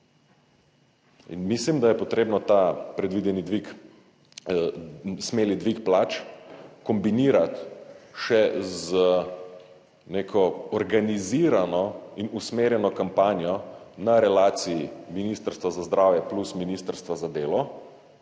In mislim, da je potrebno ta predvideni dvig, smeli dvig plač kombinirati še z neko organizirano in usmerjeno kampanjo na relaciji Ministrstva za zdravje plus Ministrstva za delo,